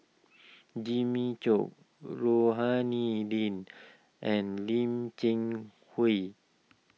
Jimmy Chok Rohani Lim and Lim Cheng Hoe